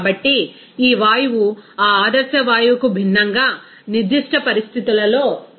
కాబట్టి ఈ వాయువు ఆ ఆదర్శ వాయువుకు భిన్నంగా నిర్దిష్ట పరిస్థితులలో ప్రవర్తిస్తుంది